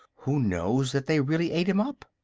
who knows that they really ate him up?